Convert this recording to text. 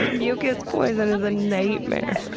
mucus poison is a nightmare!